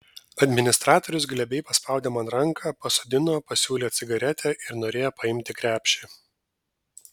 administratorius glebiai paspaudė man ranką pasodino pasiūlė cigaretę ir norėjo paimti krepšį